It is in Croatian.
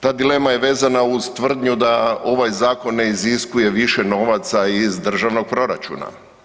Ta dilema je vezana uz tvrdnju da ovaj zakon ne iziskuje više novaca iz državnog proračuna.